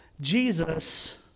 Jesus